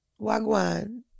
Wagwan